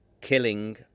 killing